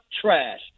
trash